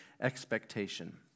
Expectation